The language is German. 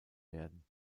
werden